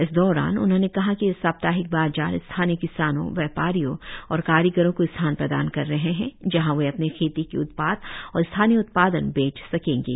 इस दौरान उन्होंने कहा की यह साप्ताहिक बाजार स्थानीय किसानो व्यपारियों और कारिगरों को स्थान प्रदान कर रहे है जहा वे अपने खेती के उत्पाद और स्थानीय उत्पादन बेच सकेंगे